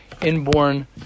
inborn